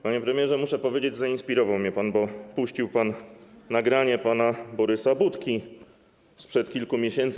Panie premierze, muszę powiedzieć, że zainspirował mnie pan, bo puścił pan nagranie pana Borysa Budki sprzed kilku miesięcy.